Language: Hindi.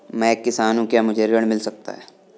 मैं एक किसान हूँ क्या मुझे ऋण मिल सकता है?